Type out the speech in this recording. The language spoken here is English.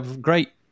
great